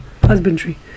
husbandry